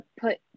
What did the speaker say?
put